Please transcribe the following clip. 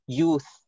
youth